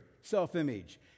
self-image